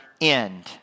end